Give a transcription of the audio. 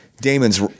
Damon's